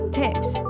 tips